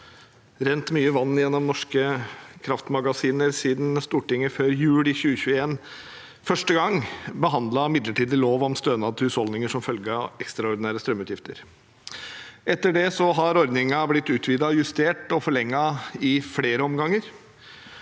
rent mye vann gjennom norske kraftmagasiner siden Stortinget før jul i 2021 første gang behandlet midlertidig lov om stønad til husholdninger som følge av ekstraordinære strømutgifter. Etter det har ordningen blitt utvidet og justert og forlenget i flere omganger.